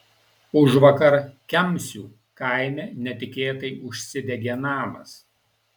užvakar kemsių kaime netikėtai užsidegė namas